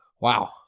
Wow